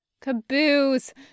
Caboose